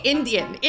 Indian